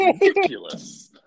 ridiculous